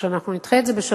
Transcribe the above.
או שאנחנו נדחה את זה בשבוע,